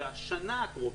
זה השנה הקרובה,